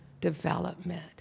development